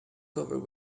covered